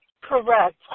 correct